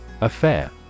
Affair